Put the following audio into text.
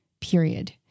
period